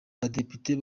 badepite